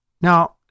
Now